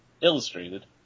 illustrated